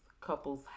couples